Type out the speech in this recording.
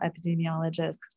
epidemiologist